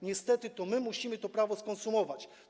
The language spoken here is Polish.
Niestety to my musimy to prawo skonsumować.